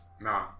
nah